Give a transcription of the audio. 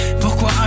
Pourquoi